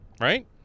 right